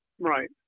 Right